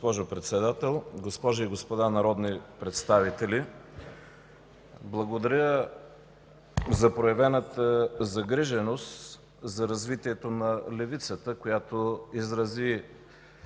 Госпожо Председател, госпожи и господа народни представители! Благодаря за проявената загриженост за развитието на левицата, която изрази